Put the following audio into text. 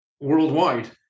worldwide